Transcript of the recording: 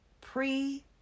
pre